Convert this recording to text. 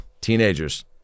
Teenagers